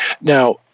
Now